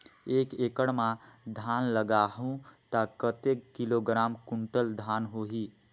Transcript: एक एकड़ मां धान लगाहु ता कतेक किलोग्राम कुंटल धान होही?